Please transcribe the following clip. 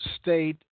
state